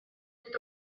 nid